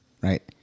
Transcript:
Right